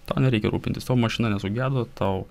tau nereikia rūpintis tavo mašina nesugedo tau